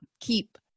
keep